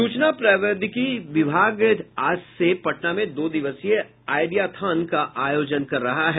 सूचना प्रवैधिकी विभाग आज से पटना में दो दिवसीय आइडियाथन का आयोजन कर रहा है